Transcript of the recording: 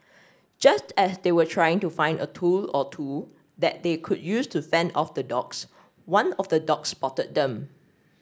just as they were trying to find a tool or two that they could use to fend off the dogs one of the dogs spotted them